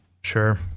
Sure